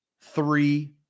three